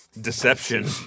Deception